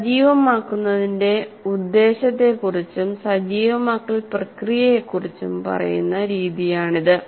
സജീവമാക്കുന്നതിന്റെ ഉദ്ദേശ്യത്തെക്കുറിച്ചും സജീവമാക്കൽ പ്രക്രിയയെക്കുറിച്ചും പറയുന്ന രീതിയാണിത്